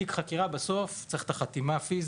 בסוף, תיק חקירה צריך את החתימה הפיזית,